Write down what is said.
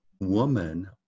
woman